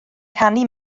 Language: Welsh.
canu